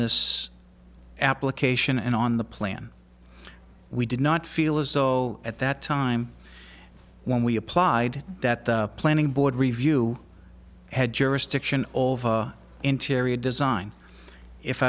this application and on the plan we did not feel as though at that time when we applied that the planning board review had jurisdiction over interior design if